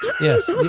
Yes